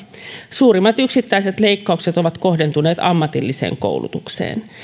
suurimmat yksittäiset leikkaukset ovat kohdentuneet ammatilliseen koulutukseen